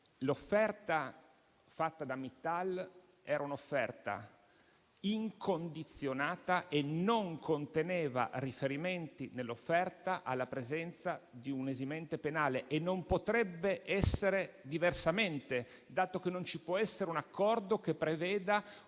L'offerta fatta da Mittal era un'offerta incondizionata e non conteneva riferimenti alla presenza di una esimente penale e non potrebbe essere diversamente dato che non ci può essere un accordo che preveda un blocco